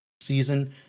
season